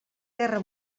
guerra